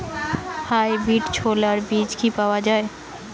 Hybrid ছোলার বীজ কি পাওয়া য়ায়?